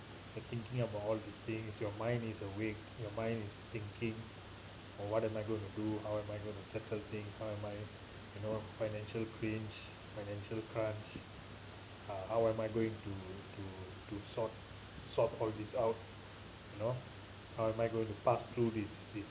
you're thinking about all these things your mind is awake your mind is thinking oh what am I going to do how am I gonna settle things how am I you know financial pinch financial crutch ah how am I going to to to sort sort all this out you know how am I going to pass through this this